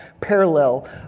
parallel